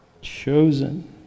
chosen